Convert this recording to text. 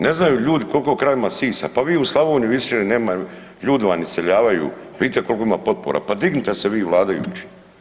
Ne znaju ljudi koliko krava ima sisa, pa vi u Slavoniji više nema ljudi vam iseljavaju, vidite koliko ima potpora, pa dignite se vi vladajući.